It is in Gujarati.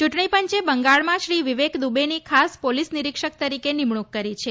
ચૂંટણી પંચે બંગાળમાં શ્રી વિવેક દ્વબેની ખાસ પોલીસ નિરિક્ષક તરીકે નિમણૂક કરી છે